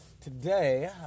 Today